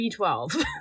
b12